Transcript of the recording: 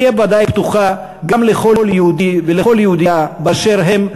תהיה ודאי פתוחה גם לכל יהודי ולכל יהודייה באשר הם,